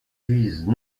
vise